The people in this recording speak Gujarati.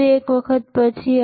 વધુ એક વખત પછી